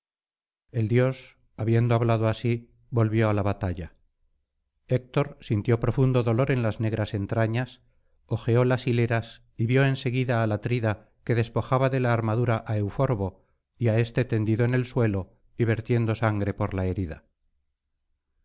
el dios habiendo hablado así volvió á la batalla héctor sintió profundo dolor en las negras entrañas ojeó las hileras y vio en seguida al atrida que despojaba de la armadura á euforbo y á éste tendido en el suelo y vertiendo sangre por la herida